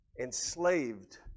Enslaved